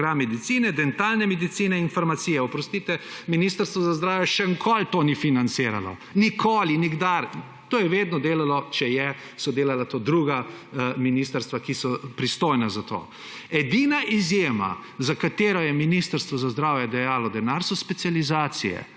program Medicine, Dentalne medicine in Farmacije. Oprostite, Ministrstvo za zdravje še nikoli ni tega financiralo, nikoli, nikdar. To je vedno delalo, če je, so to delala druga ministrstva, ki so pristojna za to. Edina izjema, za katero je Ministrstvo za zdravje dajalo denar, so specializacije